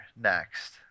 next